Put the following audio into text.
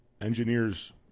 engineers